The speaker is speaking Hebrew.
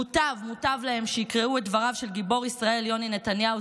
מוטב להם שיקראו את דבריו של גיבור ישראל יוני נתניהו,